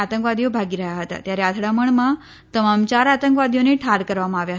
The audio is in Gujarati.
આતંકવાદીઓ ભાગી રહ્યાં હતા ત્યારે અથડામણમાં તમામ ચાર આતંકવાદીઓને ઠાર કરવામાં આવ્યા